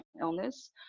illness